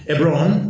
Ebron